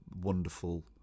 wonderful